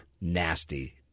Nasty